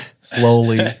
Slowly